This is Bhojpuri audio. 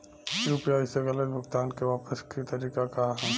यू.पी.आई से गलत भुगतान के वापस पाये के तरीका का ह?